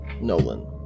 Nolan